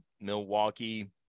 Milwaukee